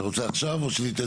אתה רוצה עכשיו או שניתן